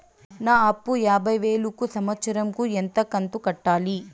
నా అప్పు యాభై వేలు కు సంవత్సరం కు ఎంత కంతు కట్టాలి?